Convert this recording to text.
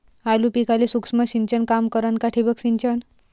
आलू पिकाले सूक्ष्म सिंचन काम करन का ठिबक सिंचन?